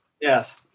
Yes